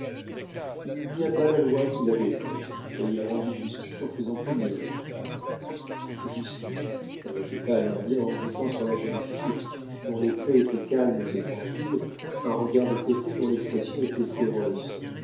il n'oublia pas la loi qu'il avait faite et il rendit justice en faisant punir le coupable justice répéta l'indien en jetant sur la jeune fille dont les traits étaient calmes et tranquilles un regard de côté dont l'expression était féroce